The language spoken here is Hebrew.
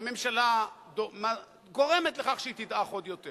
והממשלה גורמת לכך שהיא תדעך עוד יותר.